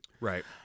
Right